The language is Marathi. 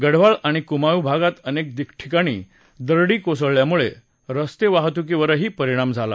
गढवाल आणि कुमाऊ भागात अनेक ठिकाणी दरडी कोसळल्यानं रस्ते वाहतुकीवरही परिणाम झाला